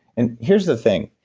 and here's the thing,